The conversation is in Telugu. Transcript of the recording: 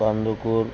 కందుకూరు